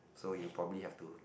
so you probably have to